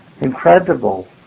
Incredible